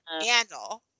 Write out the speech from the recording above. handle